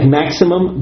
maximum